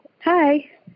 hi